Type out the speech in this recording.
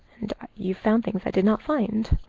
you found things i did not find.